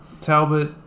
Talbot